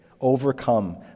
Overcome